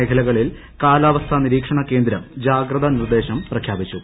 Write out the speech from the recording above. മേഖലകളിൽ കാലാവസ്ഥാ നിരീക്ഷണകേന്ദ്രം ജാഗ്രതാ നിർദ്ദേശംപ്രഖ്യാപിച്ചു